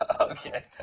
Okay